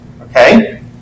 Okay